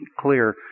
clear